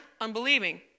unbelieving